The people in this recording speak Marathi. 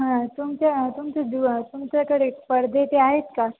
हां तुमच्या तुमचे दिव तुमच्याकडे पडदे ते आहेत का